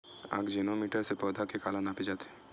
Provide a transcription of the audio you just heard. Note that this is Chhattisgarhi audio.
आकजेनो मीटर से पौधा के काला नापे जाथे?